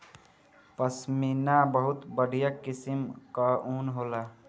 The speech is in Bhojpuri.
पश्मीना बहुत बढ़िया किसिम कअ ऊन होला